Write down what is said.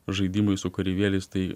žaidimai su kareivėlis tai